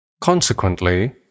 Consequently